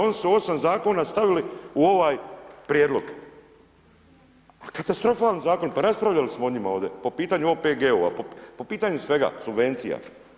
Oni su 8 zakona stavili u ovaj prijedlog, pa katastrofalni zakon, pa raspravljali smo o njima ovdje, po pitanju OPG-ova, po pitanju svega, subvencija.